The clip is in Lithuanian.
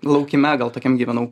laukime gal tokiam gyvenau